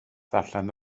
ddarllen